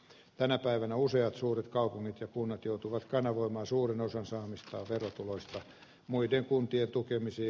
tänä päivänä useat suuret kaupungit ja kunnat joutuvat kanavoimaan suuren osan saamistaan verotuloista muiden kuntien tukemiseen